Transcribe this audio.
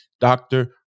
Doctor